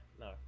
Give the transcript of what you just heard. no